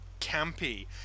campy